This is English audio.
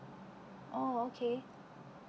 oh okay